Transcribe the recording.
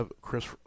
Chris